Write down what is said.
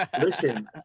listen